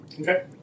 Okay